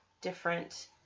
different